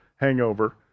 hangover